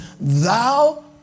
thou